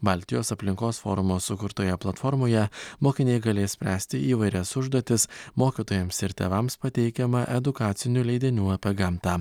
baltijos aplinkos forumo sukurtoje platformoje mokiniai galės spręsti įvairias užduotis mokytojams ir tėvams pateikiama edukacinių leidinių apie gamtą